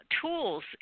Tools